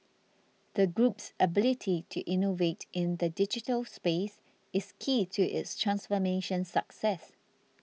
the group's ability to innovate in the digital space is key to its transformation success